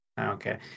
okay